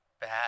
bad